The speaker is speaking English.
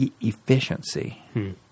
efficiency